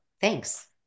thanks